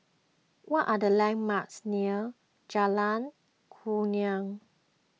what are the landmarks near Jalan Kurnia